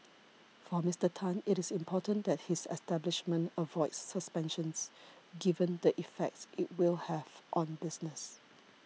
for Mister Tan it is important that his establishment avoids suspensions given the effect it will have on business